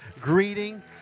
greeting